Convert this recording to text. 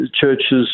churches